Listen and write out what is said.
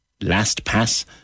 LastPass